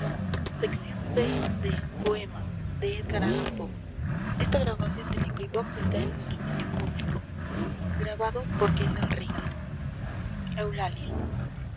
en el edén